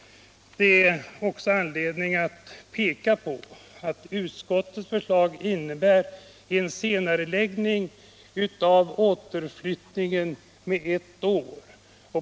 Det är också anledning att peka på att utskottets förslag innebär en senareläggning av återflyttningen med ett år.